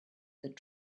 that